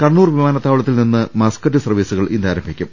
കണ്ണൂർ വിമാനത്താവളത്തിൽനിന്ന് മസ്കറ്റ് സർവീസുകൾ ഇന്ന് ആരംഭിക്കും